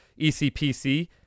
ECPC